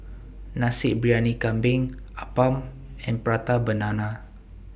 Nasi Briyani Kambing Appam and Prata Banana